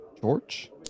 George